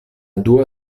dua